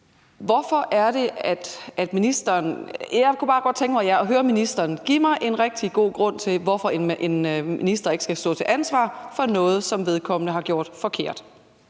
også har spurgt ind til. Jeg kunne bare godt tænke mig, at ministeren gav mig en rigtig god grund til, hvorfor en minister ikke skal stå til ansvar for noget, som vedkommende har gjort forkert.